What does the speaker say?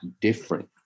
different